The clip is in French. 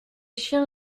chiens